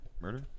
murder